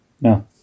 No